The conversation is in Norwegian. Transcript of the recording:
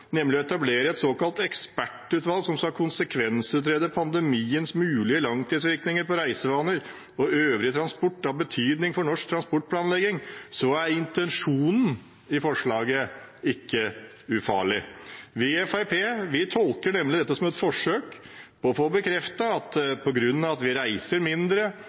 nemlig å etablere et såkalt «ekspertutvalg som skal konsekvensutrede pandemiens mulige langtidsvirkninger på reisevaner og øvrig transport av betydning for norsk transportplanlegging», er intensjonen i forslaget ikke ufarlig. Vi i Fremskrittspartiet tolker nemlig dette som et forsøk på å få bekreftet at på grunn av at vi reiser mindre,